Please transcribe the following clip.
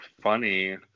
funny